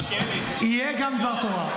יהיה גם דבר תורה.